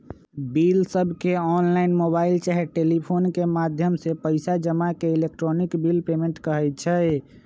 बिलसबके online, mobile चाहे telephone के माध्यम से पइसा जमा के इलेक्ट्रॉनिक बिल पेमेंट कहई छै